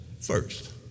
first